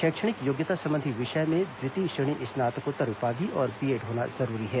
शैक्षणिक योग्यता संबंधित विषय में द्वितीय श्रेणी स्नातकोत्तर उपाधि और बीएड होना जरूरी है